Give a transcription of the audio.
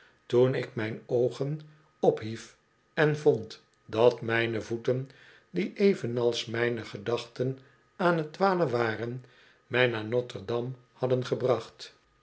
toen ik mijn oogen ophief en vond dat mijne voeten die evenals mijne gedachten aan t dwalen waren mij naar notre-dame hadden gebracht